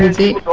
the